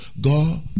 God